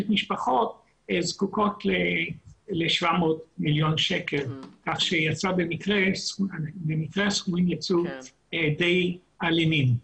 משפחות זקוקות ל-700,000,000 ₪ כך שבמקרה הסכומים יצאו די הולמים.